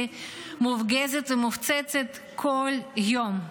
שמופגזת ומופצצת כל יום,